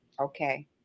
Okay